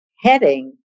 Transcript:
Heading